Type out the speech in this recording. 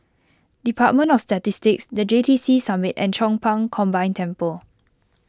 Department of Statistics the J T C Summit and Chong Pang Combined Temple